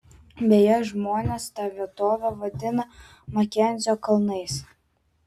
beje žmonės tą vietovę vadina makenzio kalnais